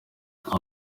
aho